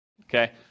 okay